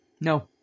No